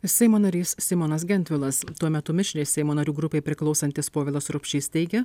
seimo narys simonas gentvilas tuo metu mišriai seimo narių grupei priklausantis povilas urbšys teigia